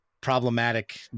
problematic